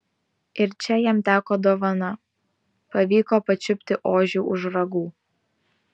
ir čia jam teko dovana pavyko pačiupti ožį už ragų